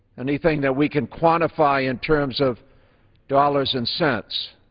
anything that we can quantify in terms of dollars and cents.